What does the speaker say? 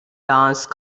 dance